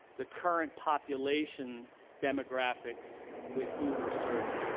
the current population demographics with who we're serving?